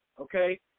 okay